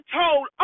told